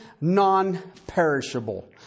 non-perishable